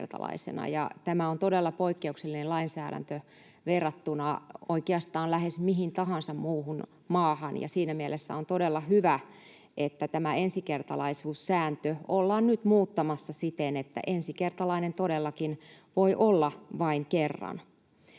Tämä on todella poikkeuksellinen lainsäädäntö verrattuna oikeastaan lähes mihin tahansa muuhun maahan, ja siinä mielessä on todella hyvä, että tämä ensikertalaisuussääntö ollaan nyt muuttamassa siten, että ensikertalainen todellakin voi olla vain kerran.